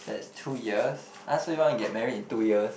that's two years huh so you wanna get married in two years